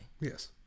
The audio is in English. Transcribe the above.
Yes